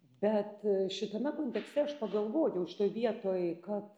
bet šitame kontekste aš pagalvojau šitoj vietoj kad